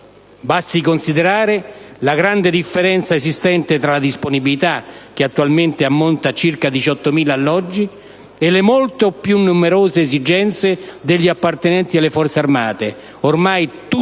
basti considerare la grande differenza esistente tra la disponibilità, che attualmente ammonta a circa 18.000 alloggi, e le molte più numerose esigenze degli appartenenti alle Forze armate, ormai tutte